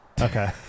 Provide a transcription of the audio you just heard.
Okay